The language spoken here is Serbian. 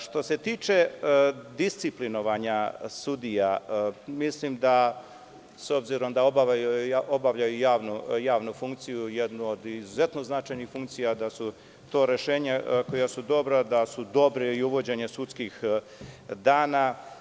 Što se tiče disciplinovanja sudija, mislim, da s obzirom obavljaju javnu funkciju, jednu od izuzetno značajnih funkcija, da su to rešenja koja su dobra, da je dobro uvođenje i sudskih dana.